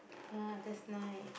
ya that's nice